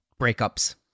breakups